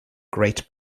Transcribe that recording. great